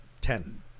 Ten